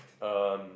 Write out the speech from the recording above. um